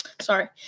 Sorry